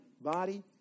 body